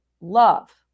love